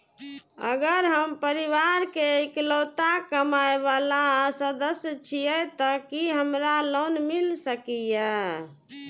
अगर हम परिवार के इकलौता कमाय वाला सदस्य छियै त की हमरा लोन मिल सकीए?